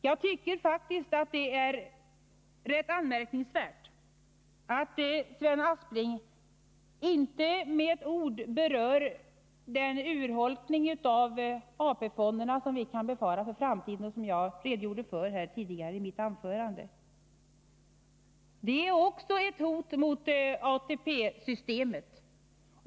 Jag tycker faktiskt att det är rätt anmärkningsvärt att Sven Aspling inte med ett ord berör den urholkning av AP-fonderna som vi kan befara i framtiden och som jag redogjorde för tidigare. Det är också ett hot mot ATP-systemet.